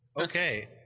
okay